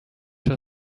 her